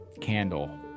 Candle